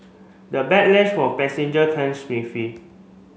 the backlash from passenger came